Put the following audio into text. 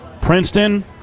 Princeton